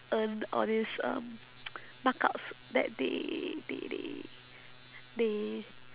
earn all these um markups that they they they they